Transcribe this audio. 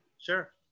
Sure